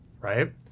right